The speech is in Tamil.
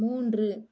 மூன்று